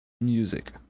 music